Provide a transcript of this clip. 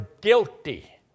guilty